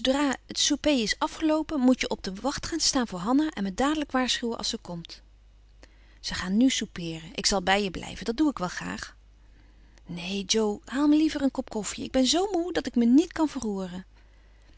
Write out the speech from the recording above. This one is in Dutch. souper is afgeloopen moet je op de wacht gaan staan voor hanna en me dadelijk waarschuwen als ze komt ze gaan nu soupeeren ik zal bij je blijven dat doe ik wel graag neen jo haal me veel liever een kop koffie ik ben zoo moe dat ik me niet kan verroeren